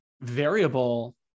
variable